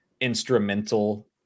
instrumental